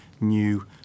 new